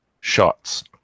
shots